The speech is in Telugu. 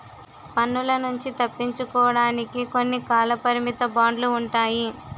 పన్నుల నుంచి తప్పించుకోవడానికి కొన్ని కాలపరిమిత బాండ్లు ఉంటాయి